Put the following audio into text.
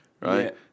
right